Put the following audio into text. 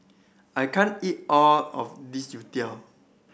I can't eat all of this youtiao